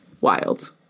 Wild